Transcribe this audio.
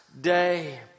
day